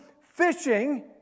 fishing